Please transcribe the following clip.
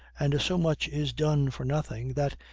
and so much is done for nothing, that,